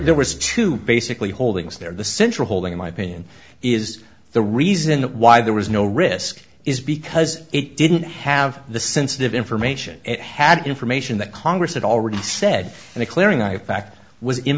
there was to basically holdings there the central holding in my opinion is the reason why there was no risk is because it didn't have the sensitive information it had information that congress had already said and clearing i fact w